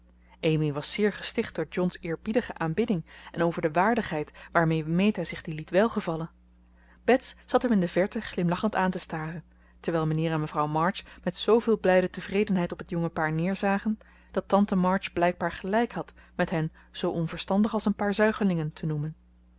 amy was zeer gesticht door john's eerbiedige aanbidding en over de waardigheid waarmee meta zich die liet welgevallen bets zat hem in de verte glimlachend aan te staren terwijl mijnheer en mevrouw march met zooveel blijde tevredenheid op het jonge paar neerzagen dat tante march blijkbaar gelijk had met hen zoo onverstandig als een paar zuigelingen te noemen